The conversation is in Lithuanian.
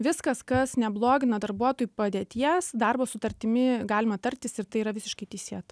viskas kas neblogina darbuotojų padėties darbo sutartimi galima tartis ir tai yra visiškai teisėta